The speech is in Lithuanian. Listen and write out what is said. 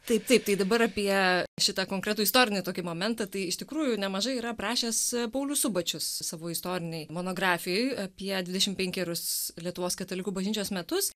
taip taip tai dabar apie šitą konkretų istorinį tokį momentą tai iš tikrųjų nemažai yra aprašęs paulius subačius savo istorinėj monografijoj apie dvidešim penkerius lietuvos katalikų bažnyčios metus